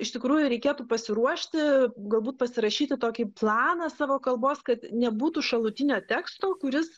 iš tikrųjų reikėtų pasiruošti galbūt pasirašyti tokį planą savo kalbos kad nebūtų šalutinio teksto kuris